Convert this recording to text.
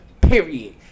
period